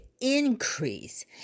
increase